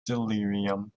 delirium